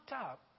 up